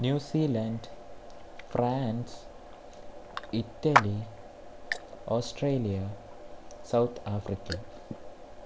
New Zealand France Italy Australia South Africa